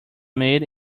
made